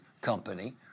company